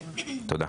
תודה.